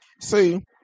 See